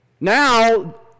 Now